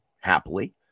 happily